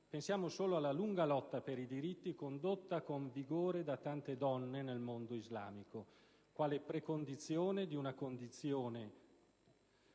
(pensiamo solo alla lunga lotta per i diritti condotta con vigore da tante donne nel mondo islamico), quale precondizione di una condizione